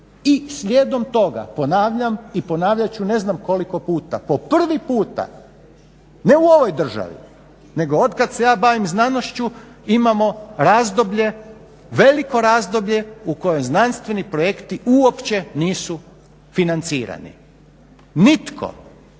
I slijedom toga ponavljam i ponavljat ću ne znam koliko puta po prvi puta ne u ovoj državi nego od kad se ja bavim znanošću imamo razdoblje, veliko razdoblje i kojem znanstveni projekti uopće nisu financirani. Nitko